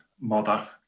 Mother